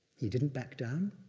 he didn't back down.